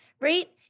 right